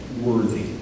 worthy